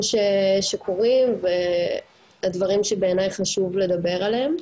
שקורים והדברים שבעיני חשוב לדבר עליהם,